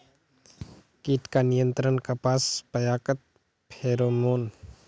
कीट का नियंत्रण कपास पयाकत फेरोमोन?